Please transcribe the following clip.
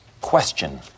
Question